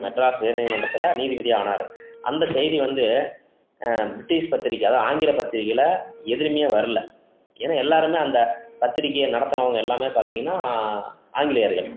மெட்ராஸ் உயர்நீதி மன்றத்தில் நீதிபதி ஆனார் அந்த செய்தி வந்து ப்ரிட்டிஷ் பத்திரிக்கை அதுதான் ஆங்கில பத்திரிக்கையில் எதுலையுமே வரலை ஏன்னால் எல்லோருமே அந்த பத்திரிகையை நடத்தினவங்க எல்லாமே பார்த்திங்கன்னா ஆங்கிலேயர்கள்